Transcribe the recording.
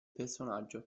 personaggio